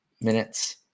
minutes